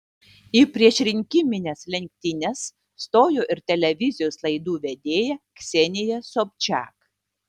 į priešrinkimines lenktynes stojo ir televizijos laidų vedėja ksenija sobčiak